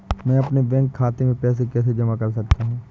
मैं अपने बैंक खाते में पैसे कैसे जमा कर सकता हूँ?